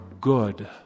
good